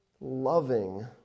loving